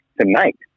tonight